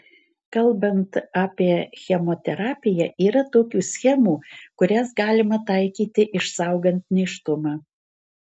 kalbant apie chemoterapiją yra tokių schemų kurias galima taikyti išsaugant nėštumą